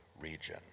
region